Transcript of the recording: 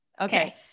Okay